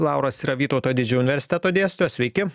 lauras yra vytauto didžiojo universiteto dėstytojas sveiki